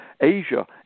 Asia